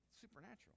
Supernatural